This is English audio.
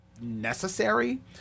necessary